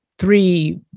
Three